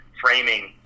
framing